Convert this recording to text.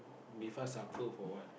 be fast upper for what